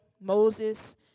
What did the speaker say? Moses